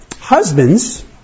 Husbands